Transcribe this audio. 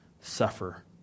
suffer